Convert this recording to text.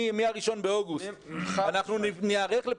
אפשר להגיד שמ-1 באוגוסט תיערכו יחד